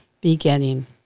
beginning